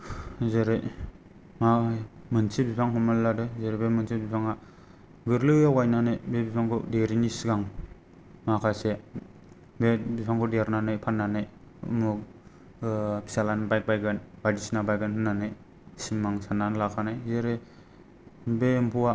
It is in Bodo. जेरै माबा मोनसे बिफां हमनानै लादो जेरै बे मोनसे बिफाङा गोरलैयाव गायनानै बे बिफांखौ देरैनि सिगां माखासे बे बिफांखौ देरनानै फाननानै फिसाज्लानो बाइक बायगोन बायदिसिना बायगोन होननानै सिमां साननानै लाखानाय जेरै बे एम्फौआ